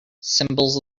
symbols